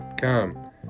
come